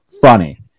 funny